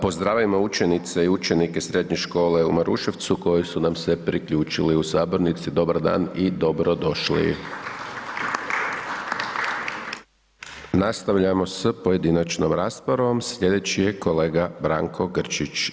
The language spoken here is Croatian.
Pozdravimo učenice i učenike Srednje škole u Maruševcu koji su nam se priključili u sabornici, dobar dan i dobro došli. Nastavljamo s pojedinačnom raspravom, slijedeći je kolega Branko Grčić.